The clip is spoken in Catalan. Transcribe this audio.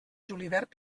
julivert